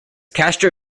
castro